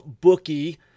bookie